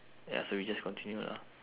ya so we just continue lah